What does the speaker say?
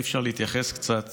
אי-אפשר שלא להתייחס קצת